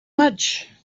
much